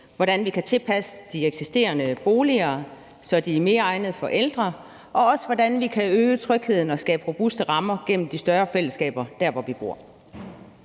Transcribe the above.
hvordan vi kan tilpasse de eksisterende boliger, så de er mere egnede for ældre, og også se på, hvordan vi kan øge trygheden og skabe robuste rammer gennem de større fællesskaber der, hvor vi bor.